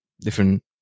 different